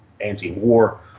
anti-war